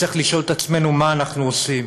צריך לשאול את עצמנו מה אנחנו עושים.